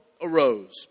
arose